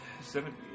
seven